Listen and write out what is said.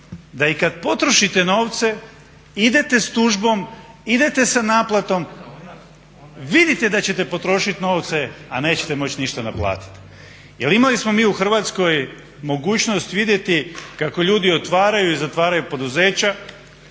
da i kad potrošite novce idete s tužbom, idete sa naplatom, vidite da ćete potrošiti novce a nećete moći ništa naplatiti. Jer imali smo mi u Hrvatskoj mogućnost vidjeti kako ljudi otvaraju i zatvaraju poduzeća,